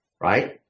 right